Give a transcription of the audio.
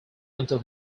until